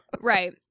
Right